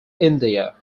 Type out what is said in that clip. india